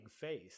face